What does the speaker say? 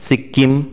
Sikkim